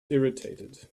irritated